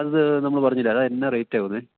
അത് നമ്മൾ പറഞ്ഞില്ലേ അത് എന്ത് റേറ്റ് ആകും